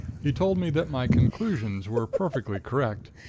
he told me that my conclusions were perfectly correct.